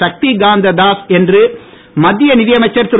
சக்தி காந்த தாஸ் என்று மத்திய நிதியமைச்சர் திரு